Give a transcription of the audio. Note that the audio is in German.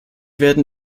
werden